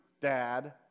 Dad